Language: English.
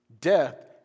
death